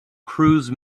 cruise